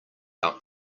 out